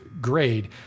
grade